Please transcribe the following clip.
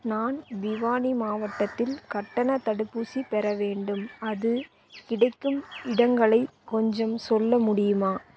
நான் பிவானி மாவட்டத்தில் கட்டணத் தடுப்பூசி பெற வேண்டும் அது கிடைக்கும் இடங்களை கொஞ்சம் சொல்ல முடியுமா